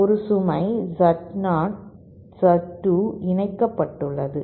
ஒரு சுமை Z2 Z0 இணைக்கப்பட்டுள்ளது